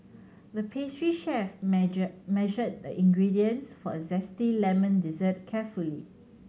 the pastry chef measured the ingredients for a zesty lemon dessert carefully